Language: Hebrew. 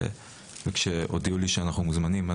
כשהודיעו לי שאנחנו מוזמנים,